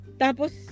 Tapos